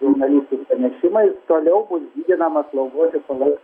žurnalistų pranešimais toliau bus didinama slaugos ir slaugos